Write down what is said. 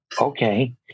Okay